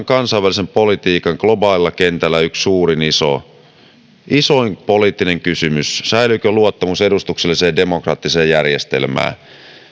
kansainvälisen politiikan globaalilla kentällä yksi suurin isoin poliittinen kysymys säilyykö luottamus edustukselliseen demokraattiseen järjestelmään